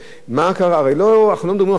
הרי אנחנו לא מדברים עכשיו אחרי בצורת,